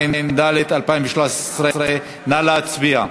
התשע"ד 2013. נא להצביע.